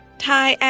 thai